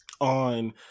on